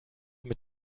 mit